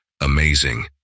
amazing